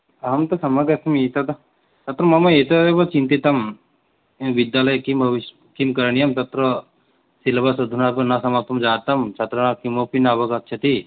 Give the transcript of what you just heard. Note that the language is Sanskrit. अहं तु सम्यगस्मि तद् तत्र मम एतदेव चिन्तितम् विद्यालये किम् भविष् किं करणीयं तत्र सिलबस् अधुनापि न समाप्तं जातं छात्रा किमपि न अवगच्छन्ति